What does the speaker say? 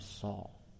Saul